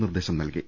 നിർദേശം നൽകി